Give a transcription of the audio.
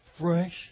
Fresh